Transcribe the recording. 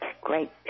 great